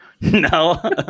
no